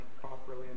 properly